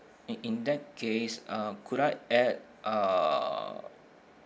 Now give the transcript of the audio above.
in in that case uh could I add uh